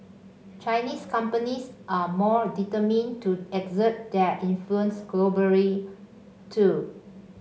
Chinese companies are more determined to exert their influence globally too